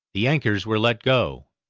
the anchors were let go,